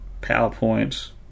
PowerPoint